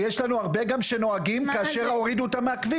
כי יש לנו הרבה גם שנוהגים כאשר הורידו אותם מהכביש.